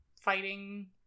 fighting